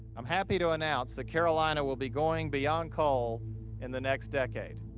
i'm happy to announce that carolina will be going beyond coal in the next decade.